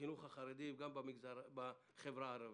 בחינוך החרדי וגם בחינוך בחברה הערבית,